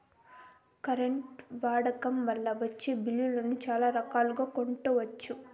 current వాడకం వల్ల వచ్చే బిల్లులను చాలా రకాలుగా కట్టొచ్చు